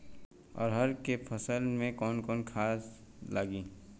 अरहा के फसल में कौन कौनसा खाद डाली?